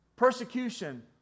persecution